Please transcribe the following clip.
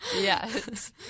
Yes